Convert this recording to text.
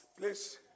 Please